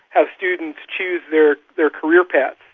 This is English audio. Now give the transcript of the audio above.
how students choose their their career paths.